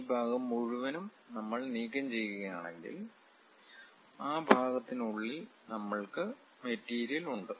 ഈ ഭാഗം മുഴുവൻ നമ്മൾ നീക്കംചെയ്യുകയാണെങ്കിൽ ആ ഭാഗത്തിനുള്ളിൽ നമ്മൾക്ക് മെറ്റീരിയൽ ഉണ്ട്